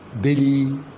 daily